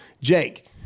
Jake